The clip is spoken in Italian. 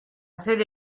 sede